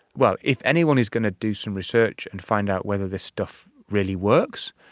well, if anyone is going to do some research and find out whether this stuff really works,